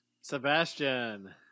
sebastian